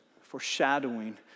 foreshadowing